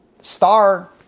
star